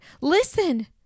Listen